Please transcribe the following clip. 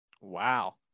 Wow